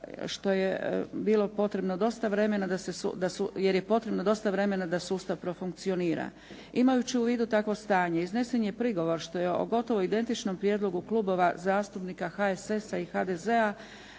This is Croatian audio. jer je potrebno dosta vremena da sustav profunkcionira. Imajući u vidu takvo stanje iznesen je prigovor što je o gotovo identičnom prijedlogu Klubova zastupnika HSS-a i HDZ-a